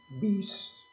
beast